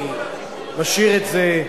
אני משאיר את זה,